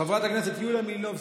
חברת הכנסת יוליה מלינובסקי,